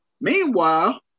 Meanwhile